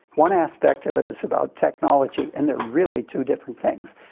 one aspect of it is about technology, and they're really two different things.